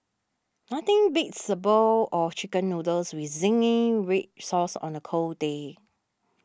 nothing beats a bowl of Chicken Noodles with Zingy Red Sauce on a cold day